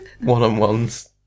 One-on-ones